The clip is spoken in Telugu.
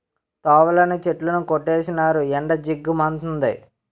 తోవలోని చెట్లన్నీ కొట్టీసినారు ఎండ జిగ్గు మంతంది